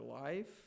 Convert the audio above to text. life